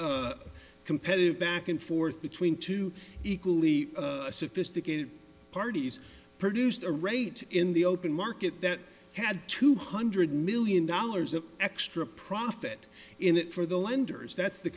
highly competitive back and forth between two equally sophisticated parties produced a rate in the open market that had two hundred million dollars of extra profit in it for the lenders that's the